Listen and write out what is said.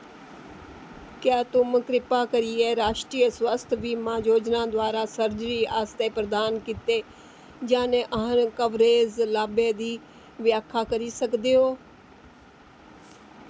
क्या तुम किरपा करियै राश्ट्रीय स्वास्थ्य बीमा योजना द्वारा सर्जरी आस्तै प्रदान कीते जाने आह्ले कवरेज लाभें दी व्याख्या करी सकदे ओ